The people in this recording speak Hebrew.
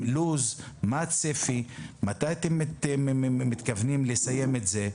עם לו"ז, מה הצפי, מתי אתם מתכוונים לסיים את זה.